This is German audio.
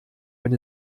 wenn